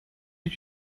eut